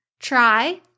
try